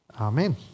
Amen